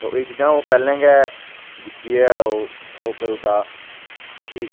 एह् चीजां ओह् पैह्लें गै दिक्खियै ओह् करी ओड़दा ठीक